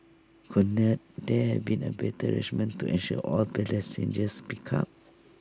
could not there have been A better arrangement to ensure all picked up